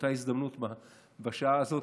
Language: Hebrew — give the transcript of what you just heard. שבאותה הזדמנות בשעה הזאת,